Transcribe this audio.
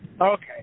Okay